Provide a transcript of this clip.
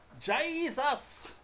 Jesus